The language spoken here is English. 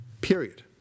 period